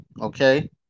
Okay